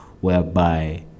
whereby